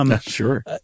Sure